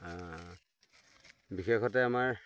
বিশেষকৈ আমাৰ